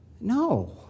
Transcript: No